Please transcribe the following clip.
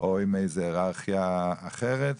או היררכיה אחרת,